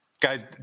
Guys